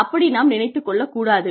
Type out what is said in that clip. அப்படி நாம் நினைத்துக் கொள்ளக் கூடாது